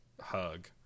hug